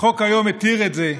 החוק היום מתיר את זה,